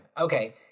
Okay